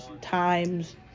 times